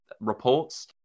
reports